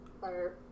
fire